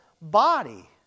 body